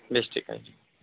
বেশ ঠিক আছে